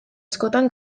askotan